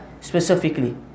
specifically